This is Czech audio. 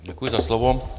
Děkuji za slovo.